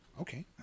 Okay